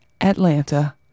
Atlanta